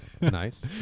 Nice